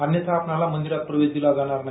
अन्यथा आपणाला मंदीरात प्रवेश दिला जाणार नाही